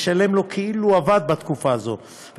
לשלם לו כאילו עבד בתקופה הזאת,